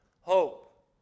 hope